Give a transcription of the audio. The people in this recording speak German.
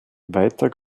weiter